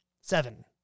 seven